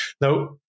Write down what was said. Now